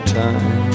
time